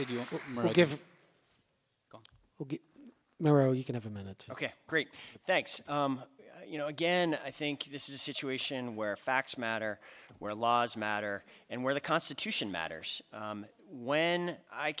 did you give no you can have a minute ok great thanks you know again i think this is a situation where facts matter where laws matter and where the constitution matters when i